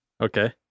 Okay